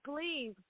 please